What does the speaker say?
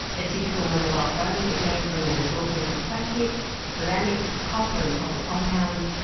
a typical mobile phone is made from an assortment of plastics, ceramics, copper and copper compounds,